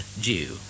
Jew